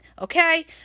Okay